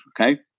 okay